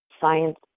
science